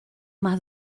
más